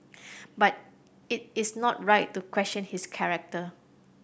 but it is not right to question his character